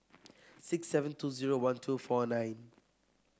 six seven two zero one two four nine